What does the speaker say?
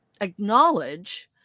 acknowledge